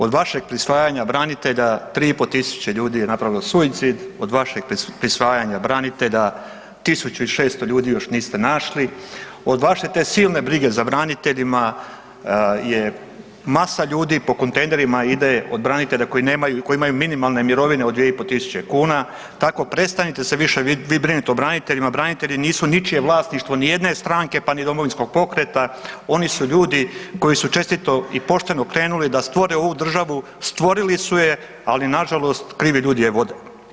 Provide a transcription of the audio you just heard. Od vašeg prisvajanja branitelja 3500 ljudi je napravilo suicid, od vašeg prisvajanja branitelja 1600 ljudi još niste našli, od vaše te silne brige za braniteljima je masa ljudi po kontejnerima ide od branitelja koji nemaju, koji imaju minimalne mirovine od 2500 kuna, tako prestanite se više vi brinut od braniteljima, branitelji nisu ničije vlasništvo nijedne stranke, pa ni Domovinskog pokreta, oni su ljudi koji su čestito i pošteno krenuli da stvore ovu državu, stvorili su je, ali nažalost krivi ljudi je vode.